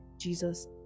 Jesus